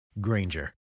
Granger